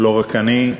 לא רק אני,